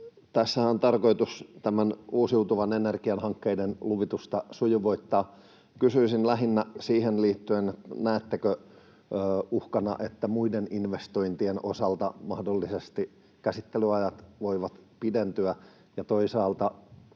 Tässähän on tarkoitus uusiutuvan energian hankkeiden luvitusta sujuvoittaa. Kysyisin lähinnä siihen liittyen: Näettekö uhkana, että muiden investointien osalta mahdollisesti käsittelyajat voivat pidentyä? Ja toisaalta